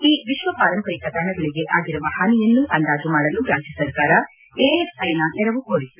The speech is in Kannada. ಈ ವಿಶ್ವ ಪಾರಂಪರಿಕ ತಾಣಗಳಿಗೆ ಆಗಿರುವ ಹಾನಿಯನ್ನು ಅಂದಾಜು ಮಾಡಲು ರಾಜ್ಯ ಸರ್ಕಾರ ಎಎಸ್ಐನ ನೆರವು ಕೋರಿತ್ತು